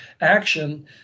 action